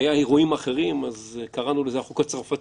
והיו אירועים אחרים, אז קראנו לזה "החוק הצרפתי".